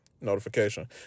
notification